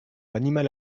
l’animal